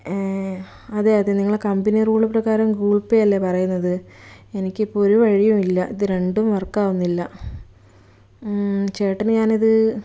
അതേ അതേ നിങ്ങളെ കമ്പനി റൂൾ പ്രകാരം ഗൂഗിൾപേ അല്ലേ പറയുന്നത് എനിക്കിപ്പോൾ ഒരു വഴിയുമില്ല ഇതു രണ്ടും വർക്കാകുന്നില്ല ചേട്ടന് ഞാനിത്